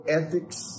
ethics